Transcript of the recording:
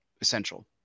essential